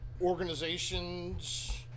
organizations